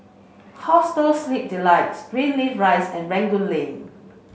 Hostel Sleep Delight Greenleaf Rise and Rangoon Lane